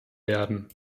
werden